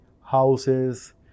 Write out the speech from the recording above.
houses